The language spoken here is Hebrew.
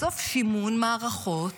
בסוף שימון מערכות